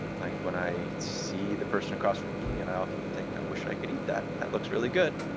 like when i see the person across from me eating it, i often think, i wish i could eat that. that looks really good.